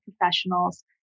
professionals